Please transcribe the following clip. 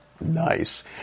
Nice